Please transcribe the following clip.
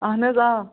اَہن حظ آ